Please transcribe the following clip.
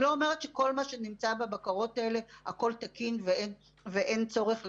אני לא אומרת שכל מה שנמצא בבקרות האלה הוא תקין ואין צורך לתקן.